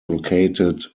located